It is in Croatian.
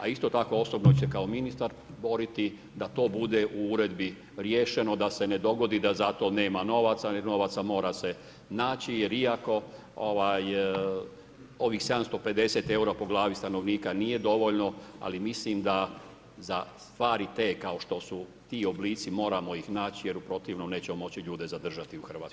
A isto tako osobno ću se kao ministar boriti da to bude u uredbi riješeno da se ne dogodi da za to nema novaca, novaca mora se naći, jer iako ovih 750 eura po glavi stanovnika nije dovoljno, ali mislim da za stvari te kao što su ti oblici moramo ih naći jer u protivnom nećemo moći ljude zadržati u Hrvatskoj.